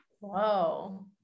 whoa